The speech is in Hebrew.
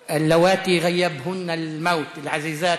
כל אלה שהמוות הביא לכך שאינן בנמצא,